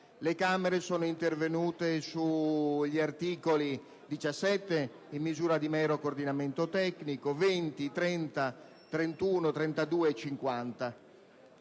deputati è intervenuta sugli articoli 17, in misura di mero coordinamento tecnico, 20, 30, 31, 32 e 50.